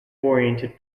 oriented